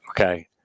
okay